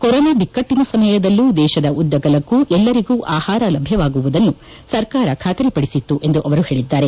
corona ಬಿಕ್ಟ್ಟನ ಸಮಯದಲ್ಲೂ ದೇಶದ ಉದ್ದಗಲಕ್ಕೂ ಎಲ್ಲರಿಗೂ ಆಹಾರ ಲಭ್ಯವಾಗುವುದನ್ನು ಸರ್ಕಾರ ಖಾತರಿ ಪಡಿಸಿತ್ತು ಎಂದು ಅವರು ಹೇಳಿದ್ದಾರೆ